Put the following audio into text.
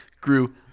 grew